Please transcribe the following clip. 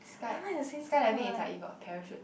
sky skydiving is like you go a parachute